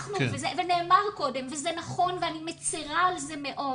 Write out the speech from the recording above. זה נאמר קודם וזה נכון, ואני מצרה על זה מאוד,